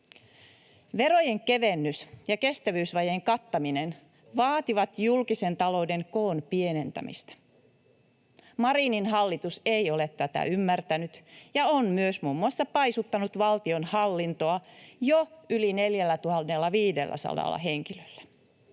Verojen kevennys ja kestävyysvajeen kattaminen vaativat julkisen talouden koon pienentämistä. Marinin hallitus ei ole tätä ymmärtänyt ja on myös muun muassa paisuttanut valtionhallintoa jo yli 4 500 henkilöllä.